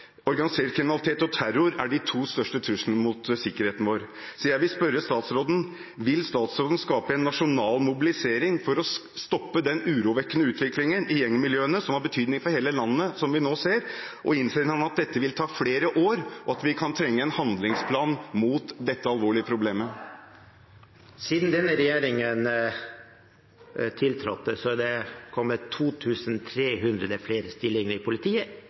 organisert kriminalitet og terror er de to største truslene mot sikkerheten vår. Jeg vil spørre statsråden: Vil statsråden skape en nasjonal mobilisering for å stoppe den urovekkende utviklingen i gjengmiljøene som vi nå ser, og som har betydning for hele landet, og innser han at dette vil ta flere år, og at vi kan trenge en handlingsplan mot dette alvorlige problemet? Siden denne regjeringen tiltrådte, har det blitt 2 300 flere stillinger i politiet